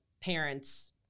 parents